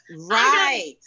right